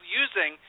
using